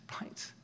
right